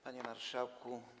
Panie Marszałku!